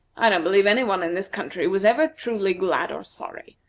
i don't believe any one in this country was ever truly glad or sorry.